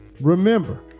Remember